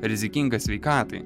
rizikingas sveikatai